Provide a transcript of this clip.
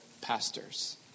pastors